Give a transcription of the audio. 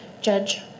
Judge